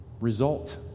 result